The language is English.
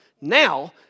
Now